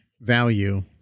value